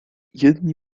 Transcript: jedni